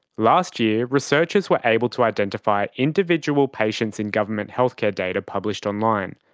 last year, researchers were able to identify individual patients in government healthcare data published online,